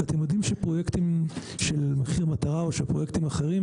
אתם יודעים שפרויקטים של מחיר מטרה או של פרויקטים אחרים,